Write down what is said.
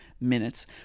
minutes